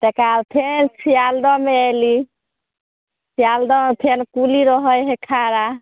ताहिके बाद फेर सिआलदह मे अयली सिआलदह मे फेर कुली रहै है खड़ा